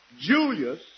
Julius